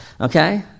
Okay